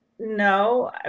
No